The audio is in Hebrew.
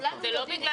זה לא בגלל